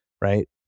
right